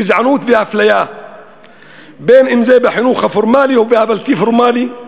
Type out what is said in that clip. גזענות ואפליה בחינוך הפורמלי והבלתי-פורמלי.